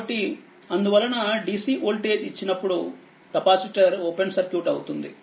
కాబట్టి అందువలన DC voltage ఇచ్చినప్పుడు కెపాసిటర్ ఓపెన్ సర్క్యూట్ అవుతుంది